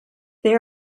they